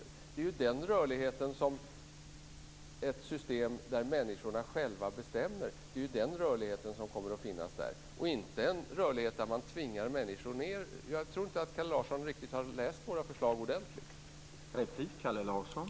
Det är den rörligheten som ett system där människorna själva bestämmer ger, inte en rörlighet där man tvingar människor ned. Jag tror inte att Kalle Larsson har läst våra förslag riktigt ordentligt.